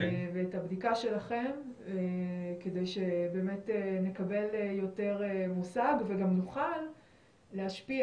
ואת הבדיקה שלכם כדי שבאמת נקבל יותר מושג וגם נוכל להשפיע,